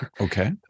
Okay